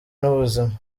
n’ubuzima